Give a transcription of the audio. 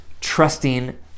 trusting